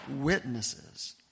witnesses